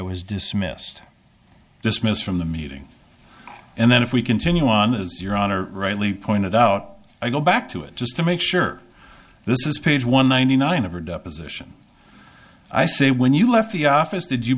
was dismissed dismissed from the meeting and then if we continue on as your honor rightly pointed out i go back to it just to make sure this is page one ninety nine of her deposition i say when you left the office did you